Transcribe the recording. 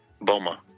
Boma